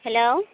hello